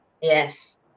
Yes